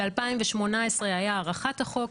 ב-2018 הייתה הארכת החוק,